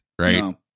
Right